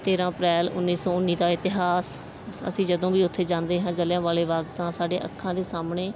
ਤੇਰਾਂ ਅਪ੍ਰੈਲ ਉੱਨੀ ਸੌ ਉੱਨੀ ਦਾ ਇਤਿਹਾਸ ਸ ਅਸੀਂ ਜਦੋਂ ਵੀ ਉੱਥੇ ਜਾਂਦੇ ਹਾਂ ਜਲ੍ਹਿਆਂਵਾਲੇ ਬਾਗ ਤਾਂ ਸਾਡੇ ਅੱਖਾਂ ਦੇ ਸਾਹਮਣੇ